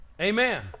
Amen